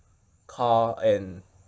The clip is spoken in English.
car and